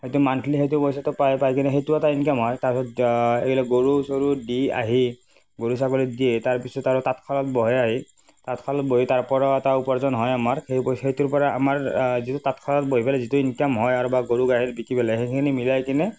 সেইটো মান্থলি সেইটো পইচাটো পায় পায় কেনে সেইটো এটা ইনকাম হয় তাৰ পিছত এইবিলাক গৰু চৰু দি আহি গৰু ছাগলী দি আহি তাৰ পিছত আৰু তাঁতশালত বহে আহি তাঁতশালত বহি তাৰ পৰাও এটা উপাৰ্জন হয় আমাৰ সেই সেইটোৰ পৰা আমাৰ যিটো তাঁতশালত বহি পেলাই যিটো ইনকাম হয় আৰু বা গৰু গাখীৰ বিকি পেলাই সেইখিনি মিলাই কেনে